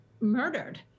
murdered